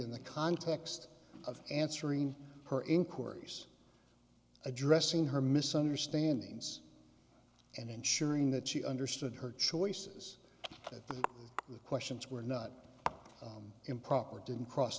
in the context of answering her inquiries addressing her misunderstandings and ensuring that she understood her choices the questions were not improper didn't cross